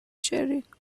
sharing